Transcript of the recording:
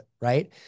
right